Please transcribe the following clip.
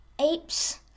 apes